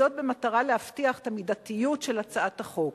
במטרה להבטיח את המידתיות של הצעת החוק.